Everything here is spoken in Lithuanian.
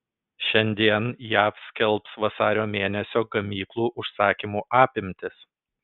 šiandien jav skelbs vasario mėnesio gamyklų užsakymų apimtis